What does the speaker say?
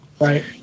Right